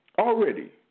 already